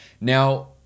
Now